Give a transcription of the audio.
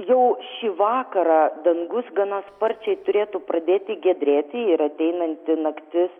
jau šį vakarą dangus gana sparčiai turėtų pradėti giedrėti ir ateinanti naktis